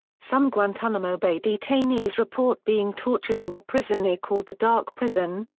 some guantanamo bay detainees report being tortured in a prison they called the dark prison,